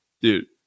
dude